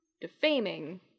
defaming